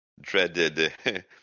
dreaded